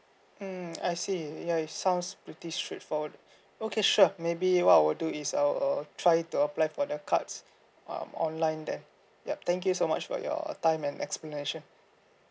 mm I see ya it sounds pretty straightforward okay sure maybe what I'll do is I'll uh try to apply for the cards um online then yup thank you so much for your time and explanation